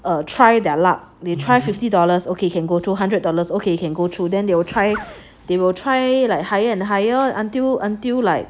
err try their luck they try fifty dollars okay can go through hundred dollars okay can go through them they will try they will try like higher and higher until until like